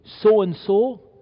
so-and-so